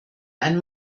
ein